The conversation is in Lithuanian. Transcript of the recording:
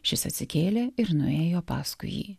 šis atsikėlė ir nuėjo paskui jį